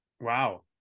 Wow